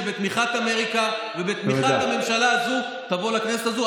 שבתמיכת אמריקה ובתמיכת הממשלה הזו תבוא לכנסת הזו.